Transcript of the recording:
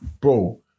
bro